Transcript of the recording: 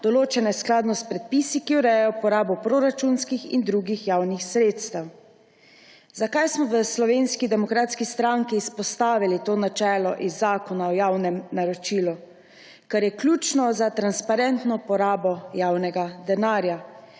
določene skladno s predpisi, ki urejajo porabo proračunskih in drugih javnih sredstev.« Zakaj smo v SDS izpostavili to načelo iz Zakona o javnem naročilu? Ker je ključno za transparentno porabo javnega denarja.